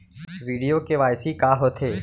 video KYC का होथे